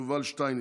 יובל שטייניץ,